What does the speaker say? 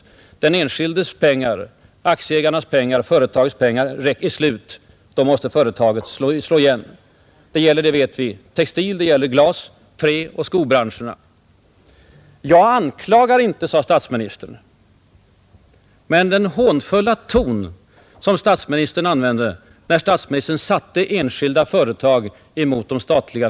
När den enskildes pengar, aktieägarnas pengar, företagets pengar är slut, måste företaget slå igen. Vi vet att sådant hänt i alltför många fall under de senaste åren framför allt textil-, glas-, träoch skobranscherna. ”Jag anklagar inte”, sade statsministern, men hans ton var hånfull när han satte enskilda företag mot statliga.